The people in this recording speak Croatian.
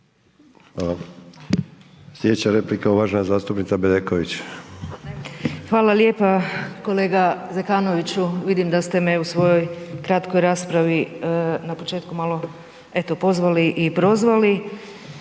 Hvala. Slijedeća replika uvažena zastupnica Bedeković. **Bedeković, Vesna (HDZ)** Hvala lijepa. Kolega Zekanoviću, vidim da ste me u svojoj kratkoj raspravi na početku malo eto pozvali i prozvali.